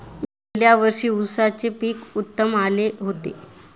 गेल्या वर्षी उसाचे पीक उत्तम आले होते